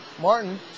Martin